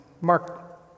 Mark